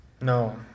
No